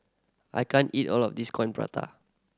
I can't eat all of this Coin Prata